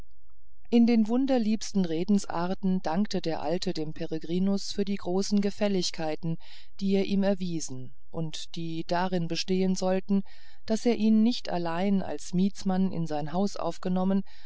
in den wunderliebsten redensarten dankte der alte dem peregrinus für die großen gefälligkeiten die er ihm erwiesen und die darin bestehen sollten daß er ihn nicht allein als mietsmann in sein haus aufgenommen